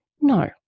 No